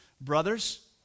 brothers